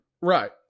Right